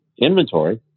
inventory